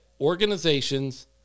organizations